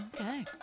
okay